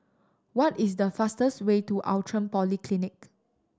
what is the fastest way to Outram Polyclinic